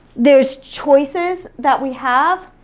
there's choices that we have,